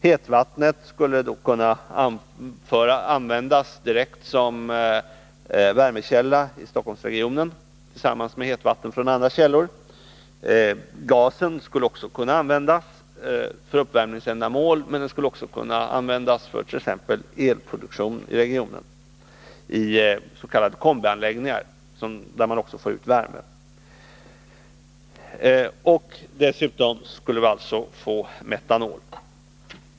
Hetvattnet skulle då kunna användas direkt som värmekälla i Stockholmsregionen tillsammans med hetvatten från andra källor. Gasen skulle också kunna användas för uppvärmningsändamål, men den skulle även kunna användas för t.ex. elproduktion i regionen i s.k. kombianläggningar, där man också får ut värme. Dessutom skulle vi alltså få ut metanol.